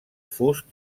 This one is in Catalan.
fust